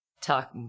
talk